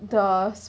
the s~